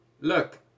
look